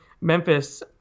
Memphis